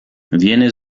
viene